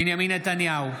בנימין נתניהו,